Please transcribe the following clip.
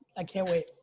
i can't wait.